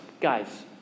guys